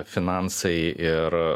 finansai ir